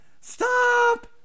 Stop